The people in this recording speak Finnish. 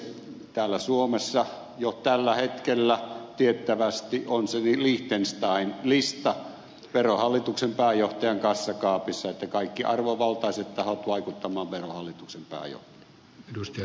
täällä suomessa jo tällä hetkellä tiettävästi on se liechtenstein lista verohallituksen pääjohtajan kassakaapissa niin että kaikki arvovaltaiset tahot vaikuttamaan verohallituksen pääjohtajaan